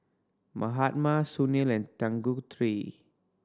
Mahatma Sunil and Tanguturi